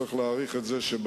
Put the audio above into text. צריך לשכלל את זה.